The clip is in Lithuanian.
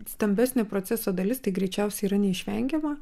stambesnio proceso dalis tai greičiausiai yra neišvengiama